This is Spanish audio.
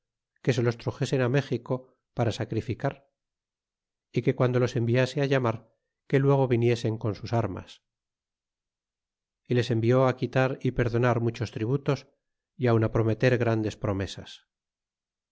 que se los truxesen fi méxico para sacrificar y que quando los enviase llamar que luego viniesen con sus armas y les envió quitar y perdonar muchos tributos y aun prometer grandes promesas